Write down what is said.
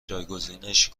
جایگزینش